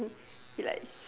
he like h~